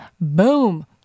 boom